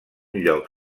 lloc